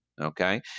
okay